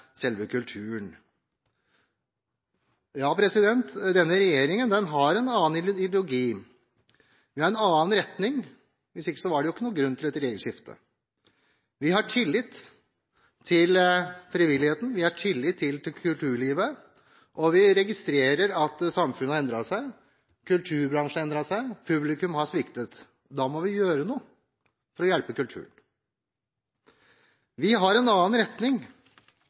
selve kulturen. Ja, denne regjeringen har en annen ideologi, vi har en annen retning; hvis ikke var det ikke noen grunn til et regjeringsskifte. Vi har tillit til frivilligheten, og vi har tillit til kulturlivet. Vi registrerer at samfunnet har endret seg, kulturbransjen har endret seg, og publikum har sviktet. Da må vi gjøre noe for å hjelpe kulturen. Vi har en annen retning.